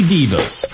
Divas